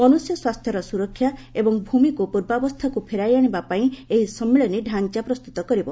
ମନୁଷ୍ୟ ସ୍ୱାସ୍ଥ୍ୟର ସୁରକ୍ଷା ଏବଂ ଭୂମିକୁ ପୂର୍ବାବସ୍ଥାକୁ ଫେରାଇ ଆଣିବା ପାଇଁ ଏହି ସମ୍ମିଳନୀ ଡ଼ାଞ୍ଚା ପ୍ରସ୍ତୁତ କରିବ